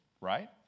Right